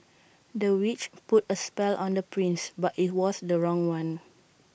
the witch put A spell on the prince but IT was the wrong one